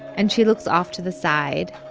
and she looks off to the side,